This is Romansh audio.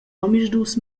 omisdus